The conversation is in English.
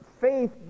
faith